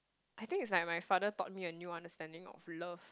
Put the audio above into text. I think it's like my father taught me a new understanding of love